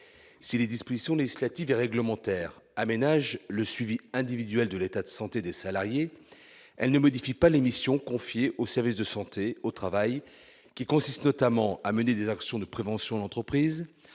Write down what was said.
Si les dispositions législatives et réglementaires aménagent le suivi individuel de l'état de santé des salariés, elles ne modifient pas les missions confiées aux services de santé au travail, qui consistent notamment à mener des actions de prévention en entreprise,